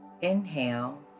Inhale